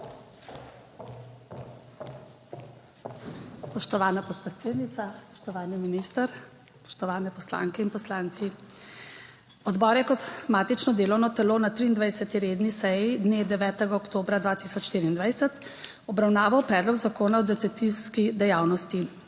Spoštovana podpredsednica, spoštovani minister, spoštovane poslanke in poslanci! Odbor je kot matično delovno telo na 23. redni seji dne 9. oktobra 2024 obravnaval Predlog zakona o detektivski dejavnosti.